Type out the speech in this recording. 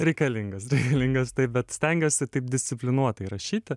reikalingos reikalingos taip bet stengiuosi taip disciplinuotai rašyti